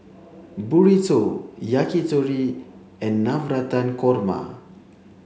burrito yakitori and Navratan Korma